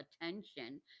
attention